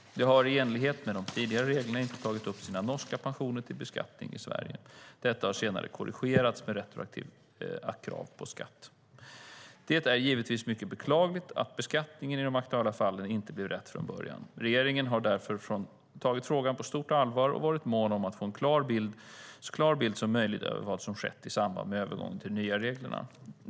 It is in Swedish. De har i enlighet med de tidigare reglerna inte tagit upp sina norska pensioner till beskattning i Sverige. Detta har senare korrigerats med retroaktiva krav på skatt. Det är givetvis mycket beklagligt att beskattningen i de aktuella fallen inte blev rätt från början. Regeringen har därför tagit frågan på stort allvar och varit mån om att få en så klar bild som möjligt över vad som skett i samband med övergången till de nya reglerna.